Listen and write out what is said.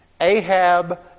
Ahab